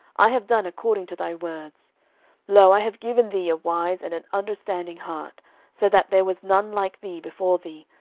i have done according to thy words lo, i have given thee a wise and an understanding heart so that there was none like thee before thee,